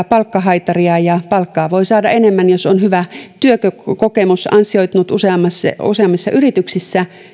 palkkahaitaria ja palkkaa voi saada enemmän jos on hyvä työkokemus ansioitunut useammissa yrityksissä